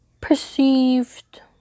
perceived